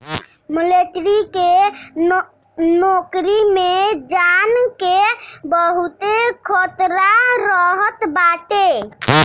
military के नोकरी में जान के बहुते खतरा रहत बाटे